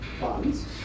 funds